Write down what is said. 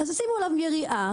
אז ישימו עליו יריעה,